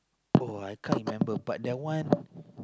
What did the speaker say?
bro I can't remember but that one